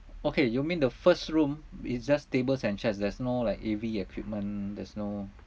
okay you mean the first room it's just tables and chairs there's no like A_V equipment there's no